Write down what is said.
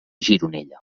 gironella